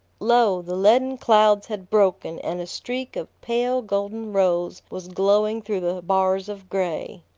lo! the leaden clouds had broken and a streak of pale golden-rose was glowing through the bars of gray.